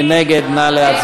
מי נגד?